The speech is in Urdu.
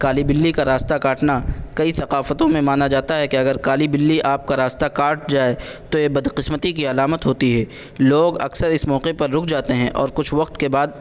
کالی بلّی کا راستہ کاٹنا کئی ثقافتوں میں مانا جاتا ہے کہ اگر کالی بلّی آپ کا راستہ کاٹ جائے تو یہ بدقسمتی کی علامت ہوتی ہے لوگ اکثر اس موقع پر رک جاتے ہیں اور کچھ وقت کے بعد